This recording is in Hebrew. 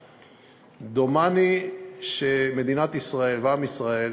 דומני שמדינת ישראל ועם ישראל